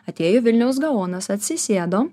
atėjo vilniaus gaonas atsisėdo